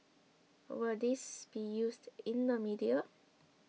will this be used in the media